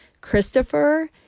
Christopher